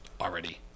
already